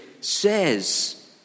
says